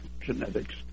genetics